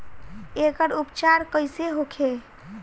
एकर उपचार कईसे होखे?